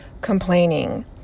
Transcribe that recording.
complaining